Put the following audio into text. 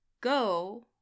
go